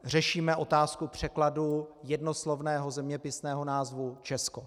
Řešíme otázku překladu jednoslovného zeměpisného názvu Česko.